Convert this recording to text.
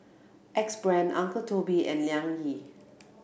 Axe Brand Uncle Toby and Liang Yi